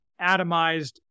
atomized